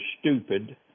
stupid